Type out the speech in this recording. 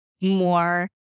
more